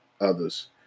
others